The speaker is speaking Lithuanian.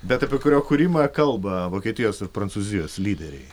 bet apie kurio kūrimą kalba vokietijos ir prancūzijos lyderiai